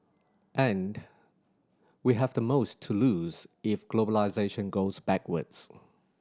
and we have the most to lose if globalisation goes backwards